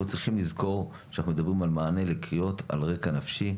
אנחנו צריכים לזכור שאנחנו מדברים על מענה לקריאות על רקע נפשי.